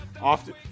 often